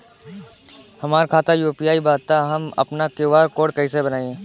हमार खाता यू.पी.आई बा त हम आपन क्यू.आर कोड कैसे बनाई?